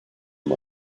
nhw